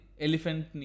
Elephant